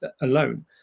alone